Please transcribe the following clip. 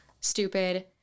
stupid